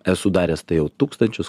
esu daręs tai jau tūkstančius